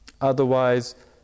Otherwise